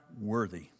worthy